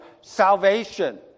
salvation